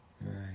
right